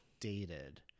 dated